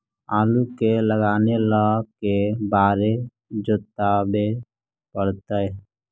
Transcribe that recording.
आलू के लगाने ल के बारे जोताबे पड़तै?